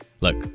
Look